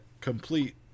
complete